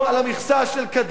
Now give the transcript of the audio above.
היום, על המכסה של קדימה.